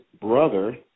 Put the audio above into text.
brother